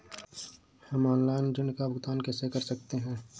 हम ऑनलाइन ऋण का भुगतान कैसे कर सकते हैं?